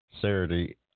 Saturday